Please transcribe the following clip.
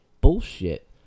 bullshit